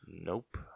Nope